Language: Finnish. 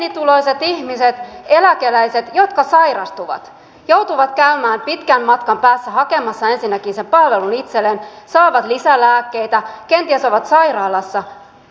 pienituloiset ihmiset eläkeläiset jotka sairastuvat joutuvat käymään pitkän matkan päässä hakemassa ensinnäkin sen palvelun itselleen saavat lisää lääkkeitä kenties ovat sairaalassa